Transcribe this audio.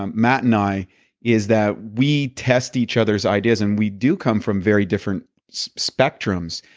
um matt and i is that we test each others ideas, and we do come from very different spectrums.